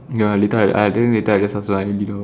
ya later I I think later I just ask lah in the middle